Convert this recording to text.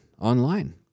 online